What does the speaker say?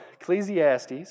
Ecclesiastes